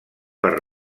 per